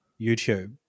YouTube